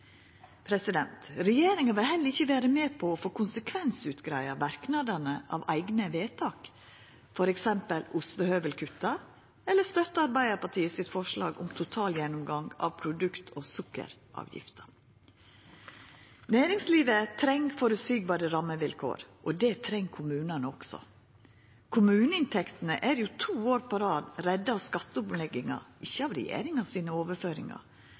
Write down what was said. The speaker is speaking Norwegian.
Regjeringa vil heller ikkje vera med på å få konsekvensutgreidd verknadene av eigne vedtak, f.eks. ostehøvelkutta, eller støtta forslaget frå Arbeidarpartiet om ein totalgjennomgang av produkt- og sukkeravgifta. Næringslivet treng føreseielege rammevilkår, og det treng kommunane også. Kommuneinntektene har to år på rad vorte redda av skatteomlegginga – ikkje av overføringane frå regjeringa.